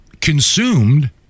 consumed